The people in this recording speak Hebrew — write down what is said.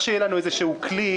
צריך שיהיה לנו איזשהו כלי,